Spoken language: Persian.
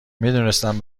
میدونستم